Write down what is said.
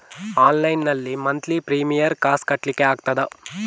Online ನಲ್ಲಿ monthly premier ಕಾಸ್ ಕಟ್ಲಿಕ್ಕೆ ಆಗ್ತದಾ?